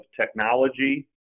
technology